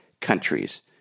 countries